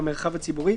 שבמרחב הציבורי,